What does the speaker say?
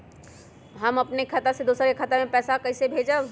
हम अपने खाता से दोसर के खाता में पैसा कइसे भेजबै?